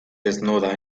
desnuda